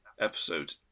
Episode